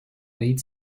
made